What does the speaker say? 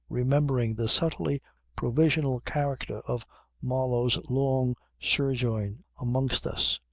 remembering the subtly provisional character of marlow's long sojourn amongst us.